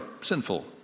sinful